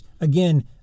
Again